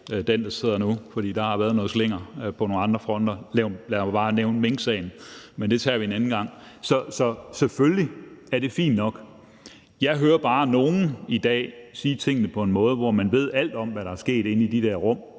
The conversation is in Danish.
den, der sidder nu, fordi der har været noget slinger på andre fronter; jeg kan bare nævne minksagen, men det tager vi en anden gang. Så selvfølgelig er det fint nok. Jeg hører bare nogen i dag sige tingene på en måde, som om man ved alt om, hvad der er sket inde i de der rum